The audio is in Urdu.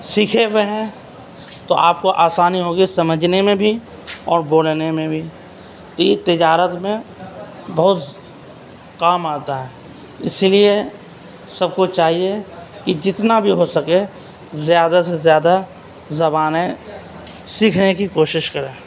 سیکھے ہوئے ہیں تو آپ کو آسانی ہوگی سمجھنے میں بھی اور بولنے میں بھی تجارت میں بہت کام آتا ہے اسی لیے سب کو چاہیے کہ جتنا بھی ہوسکے زیادہ سے زیادہ زبانیں سیکھنے کی کوشش کریں